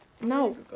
No